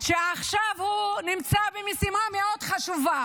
שעכשיו הוא נמצא במשימה מאוד חשובה